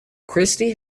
christy